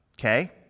okay